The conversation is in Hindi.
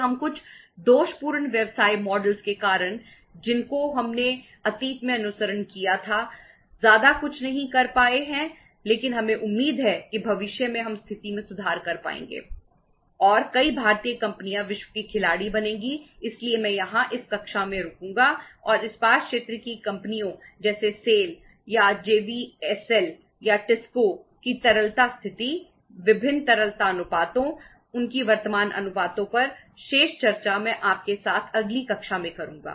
हमारा सीमेंट की तरलता स्थिति विभिन्न तरलता अनुपातों उनकी वर्तमान अनुपातों पर शेष चर्चा मैं आपके साथ अगली कक्षा में करूंगा